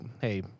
hey